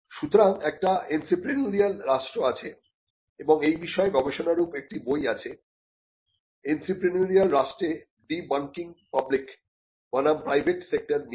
সুতরাং একটি এন্ত্রেপ্রেনিউরিয়াল রাষ্ট্র আছে এবং এই বিষয়ে গবেষণাস্বরূপ একটি বই আছে এন্ত্রেপ্রেনিউরিয়াল রাষ্ট্রে ডিবানকিং পাবলিক বনাম প্রাইভেট সেক্টর মিথ